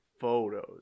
photos